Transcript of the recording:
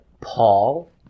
Paul